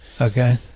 Okay